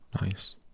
Nice